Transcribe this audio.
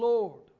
Lord